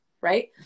Right